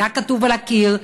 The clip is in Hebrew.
היה כתוב על הקיר,